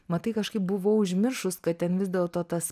matai kažkaip buvau užmiršus kad ten vis dėlto tas